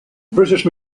british